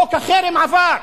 חוק החרם עבר.